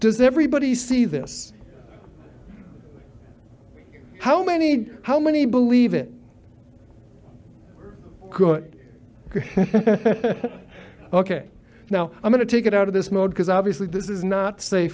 does everybody see this how many how many believe it could ok now i'm going to take it out of this mode because obviously this is not safe